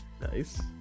nice